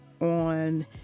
on